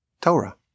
Torah